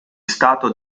stato